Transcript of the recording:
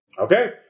Okay